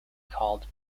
called